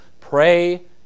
Pray